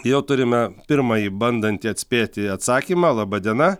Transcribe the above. jau turime pirmąjį bandantį atspėti atsakymą laba diena